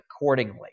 accordingly